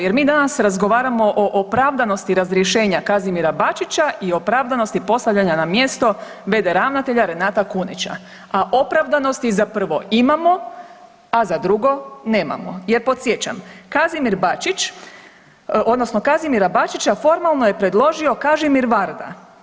Jer mi danas razgovaramo o opravdanosti razrješenja Kazimira Bačića i opravdanosti postavljanja na mjesto v.d. ravnatelja Renata Kunića, a opravdanosti za prvo imamo, a za drugo nemamo jer, podsjećam, Kazimir Bačić, odnosno Kazimira Bačića formalno je predložio Kažimir Varda.